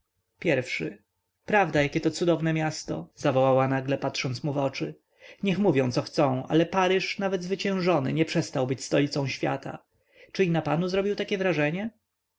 pierwszy prawda jakieto cudowne miasto zawołała nagle patrząc mu w oczy niech mówią co chcą ale paryż nawet zwyciężony nie przestał być stolicą świata czy i na panu zrobił takie wrażenie